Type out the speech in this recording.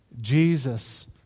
Jesus